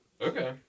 Okay